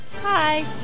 Hi